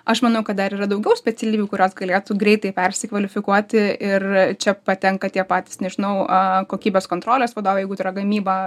aš manau kad dar yra daugiau specialybių kurios galėtų greitai persikvalifikuoti ir čia patenka tie patys nežinau kokybės kontrolės vadovai jeigu tai yra gamyba